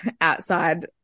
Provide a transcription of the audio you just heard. outside